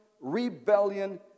rebellion